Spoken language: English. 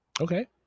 Okay